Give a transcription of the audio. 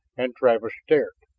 and travis stared.